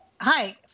hi